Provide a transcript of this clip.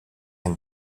and